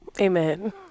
Amen